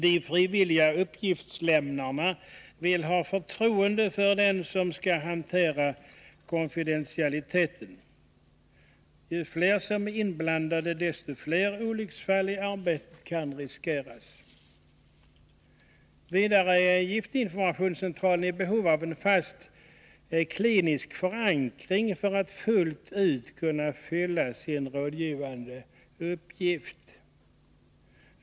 De frivilliga uppgiftslämnarna vill ha förtroende för dem som skall hantera konfidentialiteten. Ju fler som är inblandade, desto fler olycksfall i arbetet kan riskeras. Vidare är giftinformationscentralen i behov av en fast klinisk förankring för att fullt ut kunna fylla sin rådgivande uppgift.